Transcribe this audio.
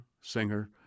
singer